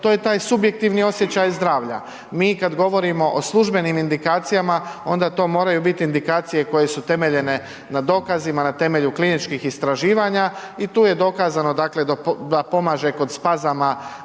to je taj subjektivni osjećaj zdravlja. Mi kad govorimo o službenim indikacijama onda to moraju biti indikacije koje su temeljene na dokazima, na temelju kliničkih istraživanja i tu je dokazano, dakle, da pomaže kod spazama